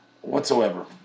whatsoever